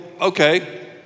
okay